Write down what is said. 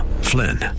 Flynn